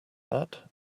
that